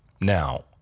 now